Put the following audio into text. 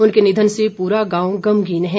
उनके निधन से पूरा गांव गमगीन है